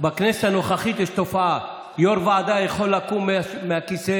בכנסת הנוכחית יש תופעה: יו"ר ועדה יכול לקום מהכיסא,